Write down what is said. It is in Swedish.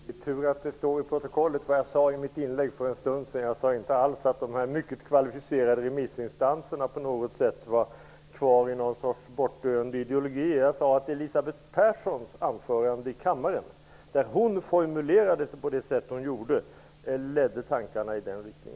Herr talman! Det är tur att det står i protokollet vad jag sade i mitt inlägg för en stund sedan. Jag sade nämligen inte alls att de mycket kvalificerade remissinstanserna på något sätt var kvar i någon sorts utdöende ideologi. Jag sade att Elisabeth Perssons formuleringar i anförandet i kammaren ledde tankarna i en sådan riktning.